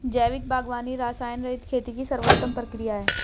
जैविक बागवानी रसायनरहित खेती की सर्वोत्तम प्रक्रिया है